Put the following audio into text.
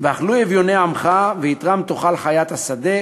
ואכלו אביוני עמך ויתרם תאכל חית השדה,